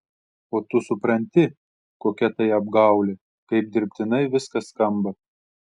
o tu supranti kokia tai apgaulė kaip dirbtinai viskas skamba